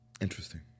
Interesting